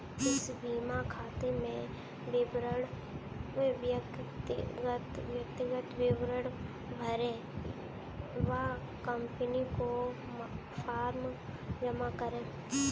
ई बीमा खाता में व्यक्तिगत विवरण भरें व कंपनी को फॉर्म जमा करें